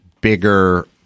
bigger